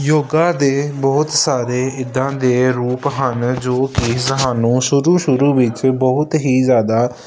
ਯੋਗਾ ਦੇ ਬਹੁਤ ਸਾਰੇ ਇੱਦਾਂ ਦੇ ਰੂਪ ਹਨ ਜੋ ਕਿ ਸਾਨੂੰ ਸ਼ੁਰੂ ਸ਼ੁਰੂ ਵਿੱਚ ਬਹੁਤ ਹੀ ਜ਼ਿਆਦਾ